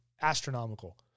astronomical